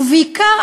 ובעיקר,